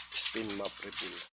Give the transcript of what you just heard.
spin mop refill